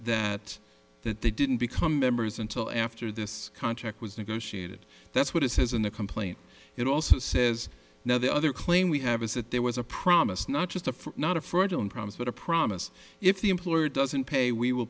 that that they didn't become members until after this contract was negotiated that's what it says in the complaint it also says now the other claim we have is that there was a promise not just a for not a fraudulent promise but a promise if the employer doesn't pay we will